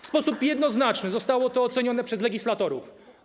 W sposób jednoznaczny zostało to ocenione przez legislatorów.